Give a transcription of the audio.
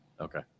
Okay